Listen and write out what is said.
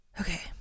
Okay